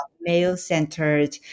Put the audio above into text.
male-centered